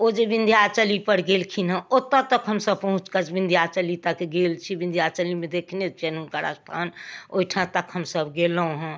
ओ जे बिन्ध्याचलीपर गेलखिन हँ ओतऽ तक हमसभ पहुँचिकऽ बिन्ध्याचलीतक गेल छी बिन्ध्याचलीमे देखने छिअनि हुनकर अस्थान ओहिठामतक हमसभ गेलहुँ हँ